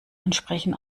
entsprechen